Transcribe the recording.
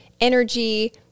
energy